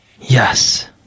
Yes